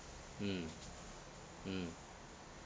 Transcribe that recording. mm mm